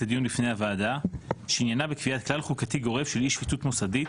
לדיון בפני הוועדה שעניינה בקביעת סל חוקתי גורף של אי שחיתות מוסדית